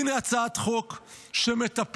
הינה הצעת חוק שמטפלת,